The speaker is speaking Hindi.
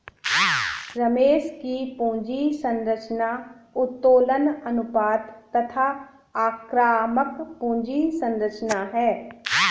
रमेश की पूंजी संरचना उत्तोलन अनुपात तथा आक्रामक पूंजी संरचना है